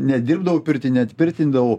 nedirbdavau pirtį nepirtindavau